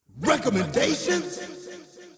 Recommendations